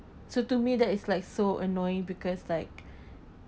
so to me that is like so annoying because like